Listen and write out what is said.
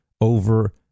over